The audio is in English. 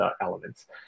elements